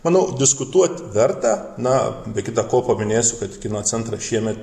manau diskutuot verta na be kita ko paminėsiu kad kino centras šiemet